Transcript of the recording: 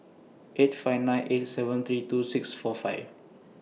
eight five nine eight seven three two six four five